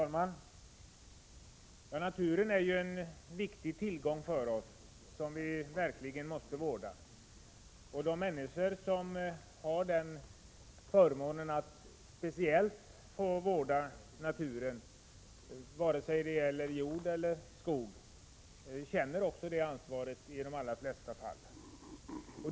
Herr talman! Naturen är ju en viktig tillgång för oss, som vi verkligen måste vårda. De människor som har förmånen att speciellt få vårda naturen, vare sig det gäller jord eller skog, känner också i de allra flesta fall sitt ansvar.